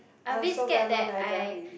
I also very long never drive already